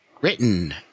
written